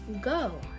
Go